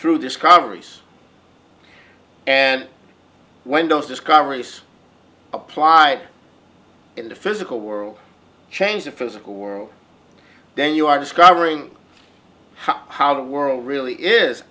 through discoveries and when those discoveries apply in the physical world change the physical world then you are discovering how the world really is